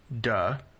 Duh